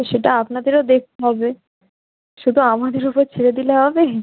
সেটা আপনাদেরও দেখতে হবে শুধু আমাদের ওপর ছেড়ে দিলে হবে